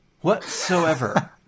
Whatsoever